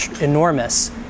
enormous